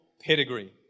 pedigree